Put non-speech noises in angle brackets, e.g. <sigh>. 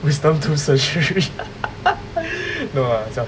wisdom tooth surgery <laughs> no ah